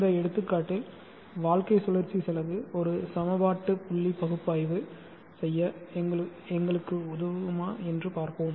இந்த எடுத்துக்காட்டில் வாழ்க்கை சுழற்சி செலவு ஒரு சமபாட்டுப்புள்ளி பகுப்பாய்வு செய்ய எங்களுக்கு உதவுமா என்று பார்ப்போம்